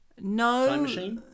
No